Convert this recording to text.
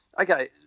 okay